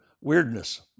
weirdness